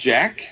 Jack